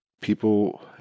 people